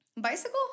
Bicycle